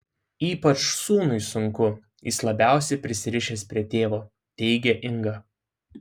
ypač sūnui sunku jis labiausiai prisirišęs prie tėvo teigė inga